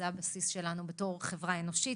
זה הבסיס שלנו בתור חברה אנושית.